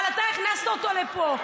אבל אתה הכנסת אותו לפה.